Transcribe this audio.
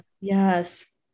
Yes